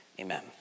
Amen